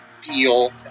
deal